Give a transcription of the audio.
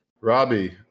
robbie